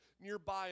nearby